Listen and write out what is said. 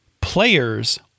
players